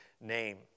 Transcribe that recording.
name